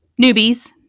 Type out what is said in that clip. newbies